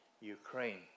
Ukraine